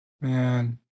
Man